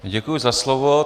Děkuji za slovo.